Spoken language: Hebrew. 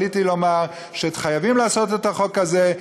עליתי לומר שחייבים לעשות את החוק הזה,